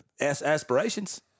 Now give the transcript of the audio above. aspirations